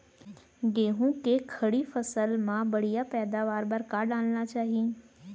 गेहूँ के खड़ी फसल मा बढ़िया पैदावार बर का डालना चाही?